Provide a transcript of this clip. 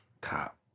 Cop